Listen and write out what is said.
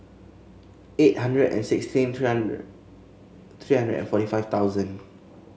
eight hundred and sixteen three hundred and forty five thousand